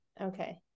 Okay